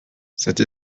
cette